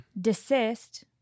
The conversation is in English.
desist